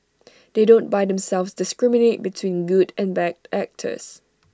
although The S T report and videos are rooted in fact that doesn't mean they are not sanitised